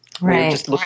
right